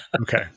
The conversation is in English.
Okay